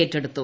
ഏറ്റെടുത്തു